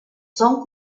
son